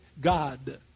God